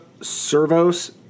servos